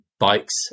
bikes